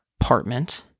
apartment